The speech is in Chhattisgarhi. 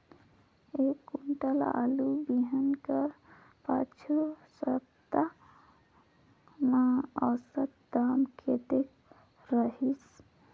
एक कुंटल आलू बिहान कर पिछू सप्ता म औसत दाम कतेक रहिस?